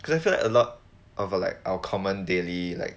because I feel like a lot of like our common daily like